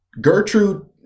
Gertrude